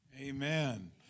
Amen